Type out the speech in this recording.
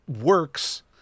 works